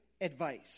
advice